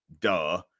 duh